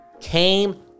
came